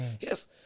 yes